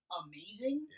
amazing